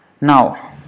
Now